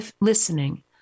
listening